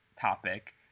topic